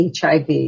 HIV